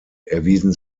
erwiesen